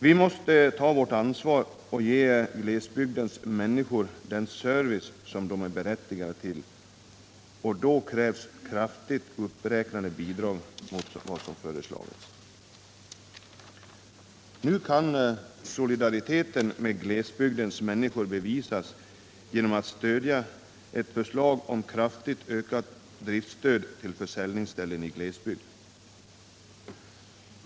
Vi måste ta vårt ansvar och ge glesbygdens människor den service som de är berättigade till. Då krävs kraftigt uppräknade bidrag i förhållande till vad som föreslås. Nu kan vi visa solidariteten med glesbygdens människor genom att stödja ett förslag om kraftigt ökat driftsstöd till försäljningsställen i glesbygd.